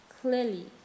clearly